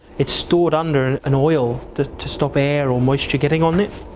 it's stored under an an oil, to to stop air or moisture getting on it.